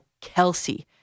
Kelsey